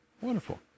Wonderful